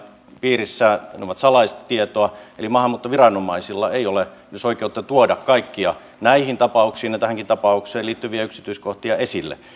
piirissä salaista tietoa eli maahanmuuttoviranomaisilla ei ole myöskään oikeutta tuoda kaikkia näihin tapauksiin ja tähänkin tapaukseen liittyviä yksityiskohtia esille